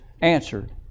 answered